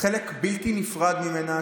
חלק בלתי נפרד ממנה,